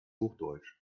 hochdeutsch